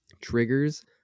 triggers